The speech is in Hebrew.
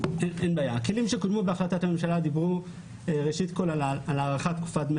הכלים שקודמו בהחלטת הממשלה דיברו על הארכת תקופת דמי